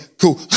cool